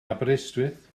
aberystwyth